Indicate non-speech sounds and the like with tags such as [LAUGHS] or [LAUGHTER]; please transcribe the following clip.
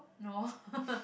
no [LAUGHS]